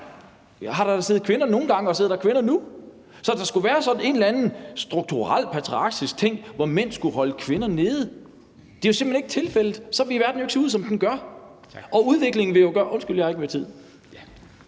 gange siddet kvinder og sidder der kvinder nu. Så at der skulle være sådan en eller anden strukturel patriarkalsk ting, hvor mænd skulle holde kvinder nede, er jo simpelt hen ikke tilfældet. Så ville verden jo ikke se ud, som den gør. (Formanden (Henrik Dam Kristensen): Tak). Undskyld, jeg har ikke mere tid.